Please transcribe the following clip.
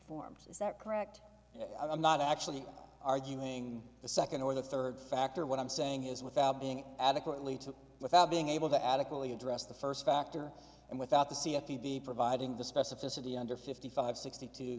performed is that correct i'm not actually arguing the second or the third factor what i'm saying is without being adequately to without being able to adequately address the first factor and without the c a t v providing the specificity under fifty five sixty t